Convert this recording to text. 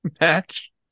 match